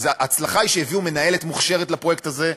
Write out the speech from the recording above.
אז ההצלחה היא שהביאו מנהלת מוכשרת לפרויקט הזה,